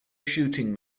shooting